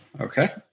Okay